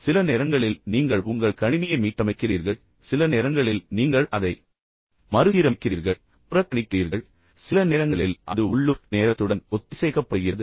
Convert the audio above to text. சில நேரங்களில் நீங்கள் உங்கள் கணினியை மீட்டமைக்கிறீர்கள் சில நேரங்களில் நீங்கள் அதை மறுசீரமைக்கிறீர்கள் சில நேரங்களில் கணினியில் காட்டப்படும் நேரத்தை நீங்கள் புறக்கணிக்கிறீர்கள் சில நேரங்களில் அது உள்ளூர் நேரத்துடன் ஒத்திசைக்கப்படுகிறது